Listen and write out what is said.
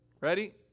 ready